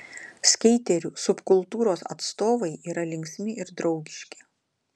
skeiterių subkultūros atstovai yra linksmi ir draugiški